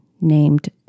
named